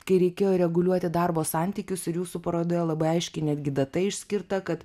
kai reikėjo reguliuoti darbo santykius ir jūsų parodoje labai aiškiai netgi data išskirta kad